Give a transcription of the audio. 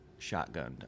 shotgunned